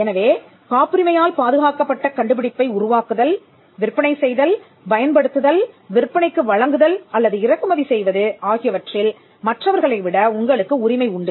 எனவே காப்புரிமையால் பாதுகாக்கப்பட்ட கண்டுபிடிப்பை உருவாக்குதல் விற்பனை செய்தல் பயன்படுத்துதல் விற்பனைக்கு வழங்குதல் அல்லது இறக்குமதி செய்வது ஆகியவற்றில் மற்றவர்களை விட உங்களுக்கு உரிமை உண்டு